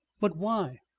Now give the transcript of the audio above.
but why?